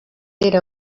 era